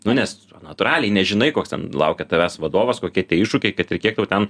nu nes natūraliai nežinai koks ten laukia tavęs vadovas kokie tie iššūkiai kad ir kiek jau ten